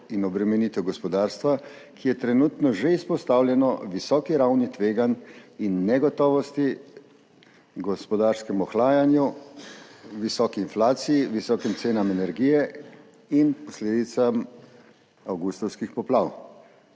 in obremenitev gospodarstva, ki je trenutno že izpostavljeno visoki ravni tveganj in negotovosti, gospodarskem ohlajanju, visoki inflaciji, visokim cenam energije in posledicam avgustovskih poplav.